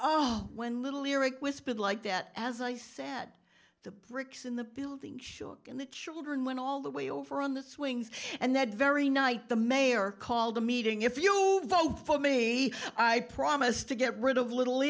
zero when little eric whispered like that as i said the bricks in the building shook and the children went all the way over on the swings and that very night the mayor called a meeting if you vote for me i promise to get rid of little